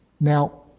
now